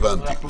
הבנתי.